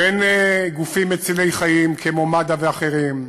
בין גופים מצילי חיים כמו מד"א ואחרים,